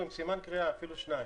עם סימן קריאה ואפילו שניים.